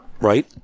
right